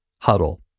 Huddle